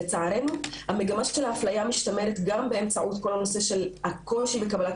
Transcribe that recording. לצערנו המגמה של האפליה משתמרת גם באמצעות כל הנושא של הקושי בקבלת